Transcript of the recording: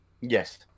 Yes